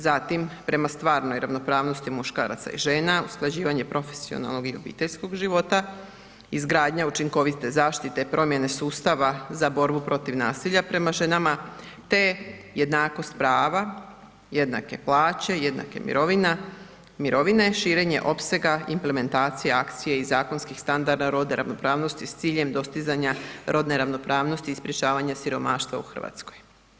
Zatim prema stvarnoj ravnopravnosti muškaraca i žena, usklađivanje profesionalnog i obiteljskog života, izgradnja učinkovite zaštite promjene sustava za borbu protiv nasilja prema ženama te jednakost prava, jednake plaće, jednake mirovine, širenje opsega implementacije, akcije i zakonskih standarda rodne ravnopravnosti s ciljem dostizanja rodne ravnopravnosti i sprečavanje siromaštva u Hrvatskoj.